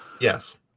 Yes